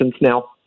now